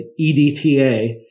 EDTA